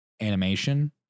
animation